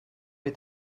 est